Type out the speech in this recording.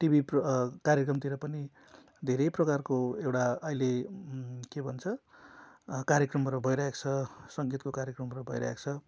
TV प्र कार्यक्रमतिर पनि धेरै प्रकारको एउटा अहिले के भन्छ कार्यक्रमहरू भइरहेको छ सङ्गीतको कार्यक्रमहरू भइरहेको छ